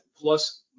plus